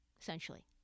essentially